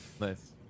Nice